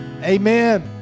amen